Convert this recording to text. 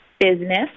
business